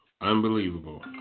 Unbelievable